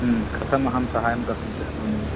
कथम् अहं सहायं कर्तुं शक्नोमि